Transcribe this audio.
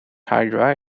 hydra